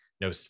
no